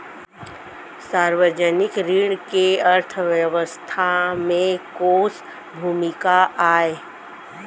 सार्वजनिक ऋण के अर्थव्यवस्था में कोस भूमिका आय?